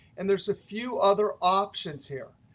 and there's a few other options here.